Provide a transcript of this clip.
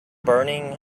burning